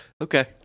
Okay